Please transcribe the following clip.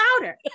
louder